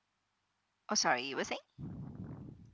oh sorry you were saying